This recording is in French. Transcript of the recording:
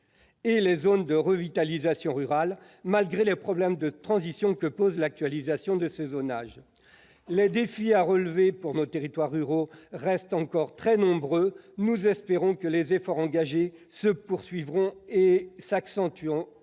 et les zones de revitalisation rurale, malgré les problèmes de transition que pose l'actualisation de ce zonage. Les défis à relever pour nos territoires ruraux restent encore très nombreux. Nous espérons que les efforts engagés se poursuivront et s'accentueront.